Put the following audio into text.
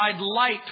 light